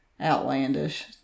outlandish